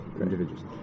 individuals